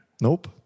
Nope